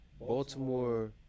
Baltimore